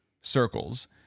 circles